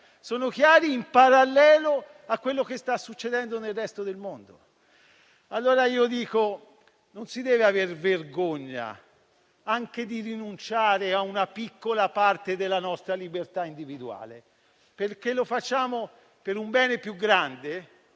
sono chiari, in parallelo a quello che sta succedendo nel resto del mondo. Non si deve aver vergogna anche di rinunciare a una piccola parte della nostra libertà individuale, perché lo si fa per un bene più grande,